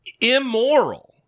immoral